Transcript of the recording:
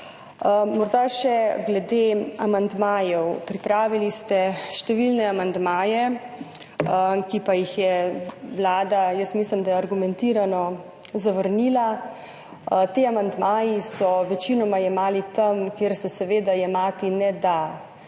Morda še glede amandmajev. Pripravili ste številne amandmaje, ki pa jih je Vlada, mislim, da argumentirano, zavrnila. Ti amandmaji so večinoma jemali tam, kjer se jemati ne da,